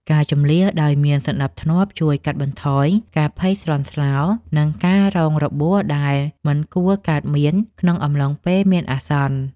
ការជម្លៀសដោយមានសណ្តាប់ធ្នាប់ជួយកាត់បន្ថយការភ័យស្លន់ស្លោ និងការរងរបួសដែលមិនគួរកើតមានក្នុងអំឡុងពេលមានអាសន្ន។